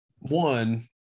One